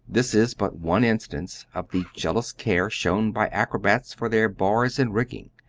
this is but one instance of the jealous care shown by acrobats for their bars and rigging.